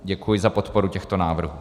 Děkuji za podporu těchto návrhů.